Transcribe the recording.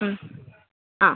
ഉം ആ